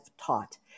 taught